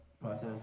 process